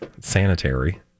sanitary